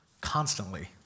constantly